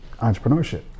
entrepreneurship